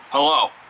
Hello